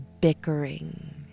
bickering